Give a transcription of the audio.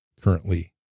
currently